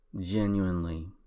genuinely